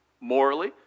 morally